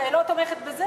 אבל אני לא תומכת בזה.